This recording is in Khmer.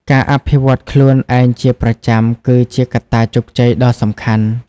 ការអភិវឌ្ឍន៍ខ្លួនឯងជាប្រចាំគឺជាកត្តាជោគជ័យដ៏សំខាន់។